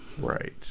Right